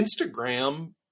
Instagram